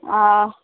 ಹಾಂ